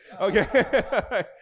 Okay